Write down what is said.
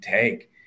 take